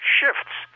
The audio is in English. shifts